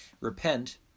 repent